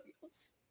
feels